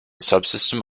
subsystem